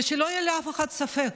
שלא יהיה לאף אחד ספק,